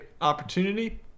opportunity